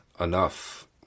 enough